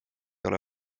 ole